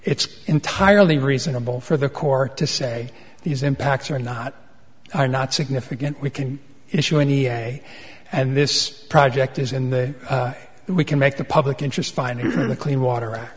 it's entirely reasonable for the corps to say these impacts are not are not significant we can issue any and this project is in the we can make the public interest finding the clean water